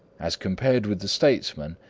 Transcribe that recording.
as compared with the statesman,